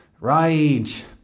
rage